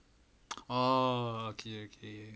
oh okay okay